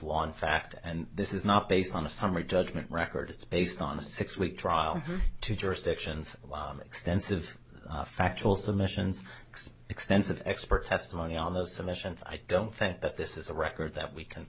law in fact and this is not based on a summary judgment record it's based on a six week trial two jurisdictions extensive factual submissions extensive expert testimony on the submissions i don't think that this is a record that we can